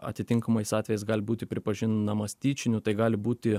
atitinkamais atvejais gali būti pripažindamas tyčiniu tai gali būti